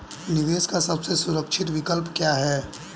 निवेश का सबसे सुरक्षित विकल्प क्या है?